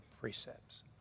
precepts